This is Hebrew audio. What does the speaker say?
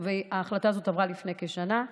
ההחלטה הזאת עברה לפני כשנה.